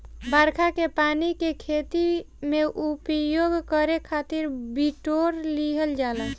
बरखा के पानी के खेती में उपयोग करे खातिर बिटोर लिहल जाला